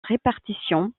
répartition